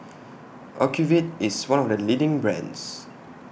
Ocuvite IS one of The leading brands